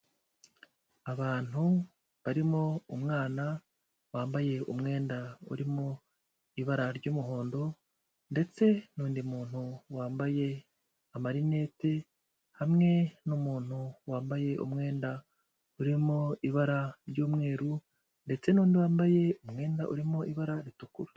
Abantu barimo umwana wambaye umwenda urimo ibara ry'umuhondo ndetse n'undi muntu wambaye amarineti, hamwe n'umuntu wambaye umwenda urimo ibara ry'umweru ndetse n'undi wambaye umwenda urimo ibara ritukura.